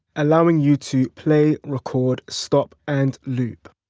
allowing you to play, record, stop and loop.